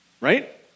Right